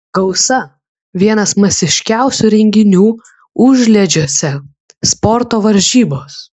gausa vienas masiškiausių renginių užliedžiuose sporto varžybos